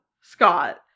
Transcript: Scott